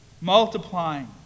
multiplying